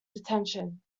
detention